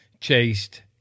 chased